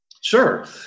Sure